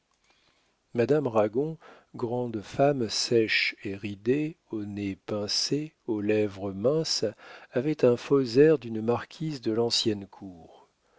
madame ragon grande femme sèche et ridée au nez pincé aux lèvres minces avait un faux air d'une marquise de l'ancienne cour